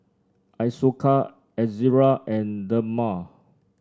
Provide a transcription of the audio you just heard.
Isocal Ezerra and Dermale